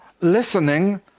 Listening